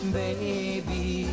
baby